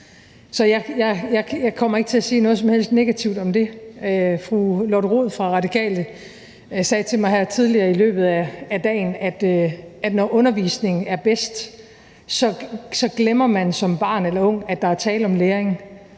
jeg kommer ikke til at sige noget som helst negativt om det. Fru Lotte Rod fra Radikale sagde til mig her tidligere på dagen, at når undervisningen er bedst, så glemmer man som barn eller ung, at der er tale om læring,